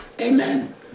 Amen